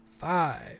five